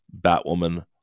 batwoman